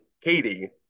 Katie